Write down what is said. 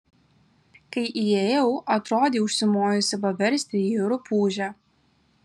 kai įėjau atrodei užsimojusi paversti jį rupūže